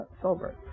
silver